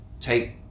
take